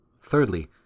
Thirdly